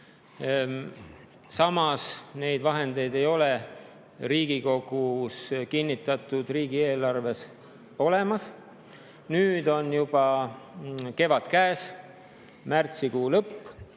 ole neid vahendeid Riigikogus kinnitatud riigieelarves olemas. Nüüd on juba kevad käes, märtsikuu lõpp,